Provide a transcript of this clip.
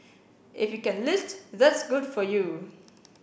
if you can list that's good for you